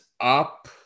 up